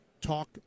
talk